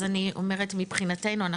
אז אני אומרת מבחינתנו.